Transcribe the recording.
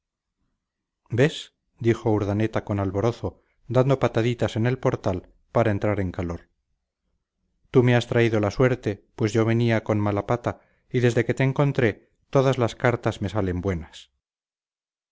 ves dijo urdaneta con alborozo dando pataditas en el portal para entrar en calor tú me has traído la suerte pues yo venía con mala pata y desde que te encontré todas las cartas me salen buenas